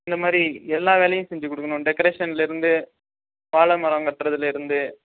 இந்தமாதிரி எல்லா வேலையும் செஞ்சு கொடுக்கணும் டெக்ரேஷன்லேருந்து வாழை மரம் கட்டுறதுலேருந்து